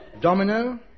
domino